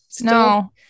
No